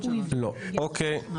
אף אחד.